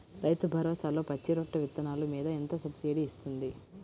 రైతు భరోసాలో పచ్చి రొట్టె విత్తనాలు మీద ఎంత సబ్సిడీ ఇస్తుంది?